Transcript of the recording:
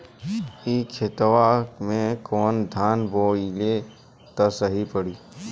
ए खेतवा मे कवन धान बोइब त सही पड़ी?